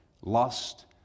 Lust